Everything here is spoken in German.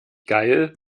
geil